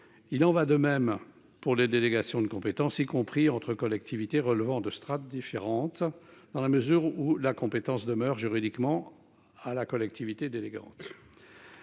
Il en va de même pour les délégations de compétence y compris entre collectivités relevant de strates différente dans la mesure où la compétence demeure juridiquement à la collectivité d'élégantes.